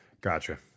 Gotcha